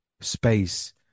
space